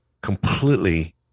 completely